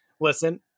listen